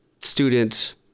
student